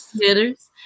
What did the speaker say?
hitters